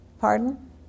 Pardon